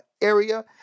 area